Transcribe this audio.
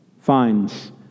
finds